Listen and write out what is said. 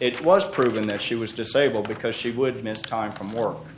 it was proven that she was disabled because she would miss time from work